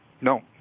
No